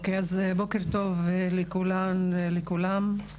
בוקר טוב לכולן ולכולם.